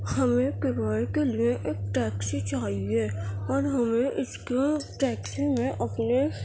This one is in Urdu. ہمیں کرائے کے لیے ایک ٹیکسی چاہیے اور ہمیں اس کے ٹیکسی میں اپنے